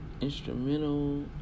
Instrumental